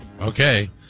Okay